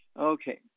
Okay